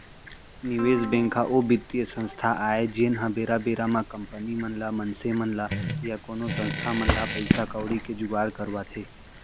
निवेस बेंक ह ओ बित्तीय संस्था आय जेनहा बेरा बेरा म कंपनी मन ल मनसे मन ल या कोनो संस्था मन ल पइसा कउड़ी के जुगाड़ करवाथे